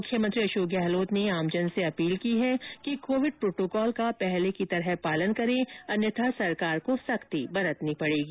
मुख्यमंत्री अशोक गहलोत ने आमजन से अपील की है कि कोविड प्रोटोकोल का पहले के तरह पालन करें अन्यथा सरकार को सख्ती बरतनी पड़ेगी